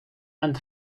and